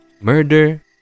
murder